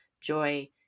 joy